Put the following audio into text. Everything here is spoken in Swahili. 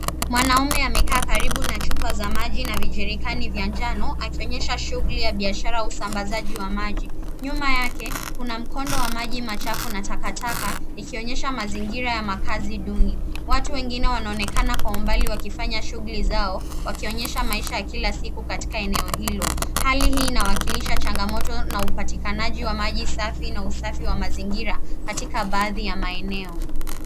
Mwanaume amekaa karibu na chupa za maji na vijerikani vya njano akionyesha shughuli ya biashara usambazaji wa maji ,nyuma yake kuna mkondo wa maji machafu na takataka ikionyesha mazingira ya makazi duni ,watu wengine wanaonekana kwa umbali wakifanya shughuli zao wakionyesha maisha ya kila siku katika eneo hilo hali hii inawakilisha changamoto na upatikanaji wa maji safi na usafi wa mazingira katika baadhi ya maeneo.